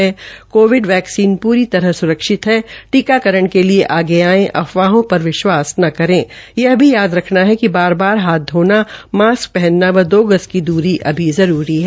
Covid vaccine पूरी तरह सुरक्षित है टीकाकरण के लिए आगे आएं अफवाहों पर विश्वास न करे यह भी याद रखना है कि बार बार हाथ धोना मास्क पहनना व दो गज की द्री अभी भी जरूरी है